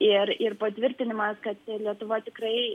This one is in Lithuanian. ir ir patvirtinimas kad ir lietuva tikrai